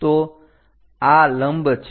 તો આ લંબ છે